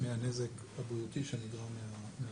מהנזק הבריאותי שנגרם מהפליטות,